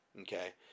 okay